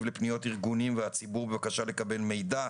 לפניות של ארגונים ושל הציבור בבקשה לקבל מידע.